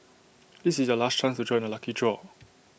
this is your last chance to join the lucky draw